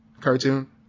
cartoon